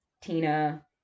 Tina